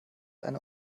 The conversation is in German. eine